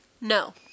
no